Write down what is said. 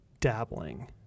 dabbling